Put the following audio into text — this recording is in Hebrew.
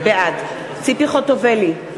בעד ציפי חוטובלי,